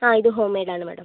ആ ഇത് home made ആണ് മേഡം